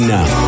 now